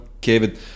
Kevin